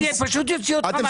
אני פשוט אוציא אותך מהישיבה.